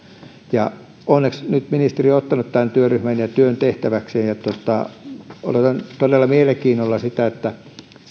onneksi nyt ministeri on ottanut tämän työryhmän ja työn tehtäväkseen ja odotan todella mielenkiinnolla sitä että